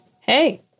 Hey